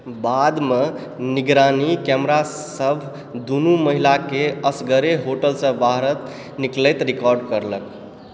बाद में निगरानी कैमरासभ दुनू महिलाकेँ असगरे होटलसँ बाहर निकलैत रिकार्ड कयलक